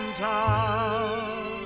town